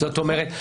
זאת אומרת,